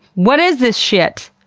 what is this shit?